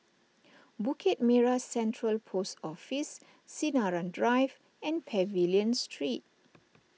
Bukit Merah Central Post Office Sinaran Drive and Pavilion Street